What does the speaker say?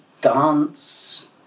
dance